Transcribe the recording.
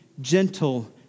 gentle